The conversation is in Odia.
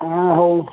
ହଁ ହଉ